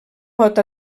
pot